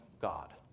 God